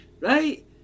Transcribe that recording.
Right